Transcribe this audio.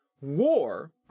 war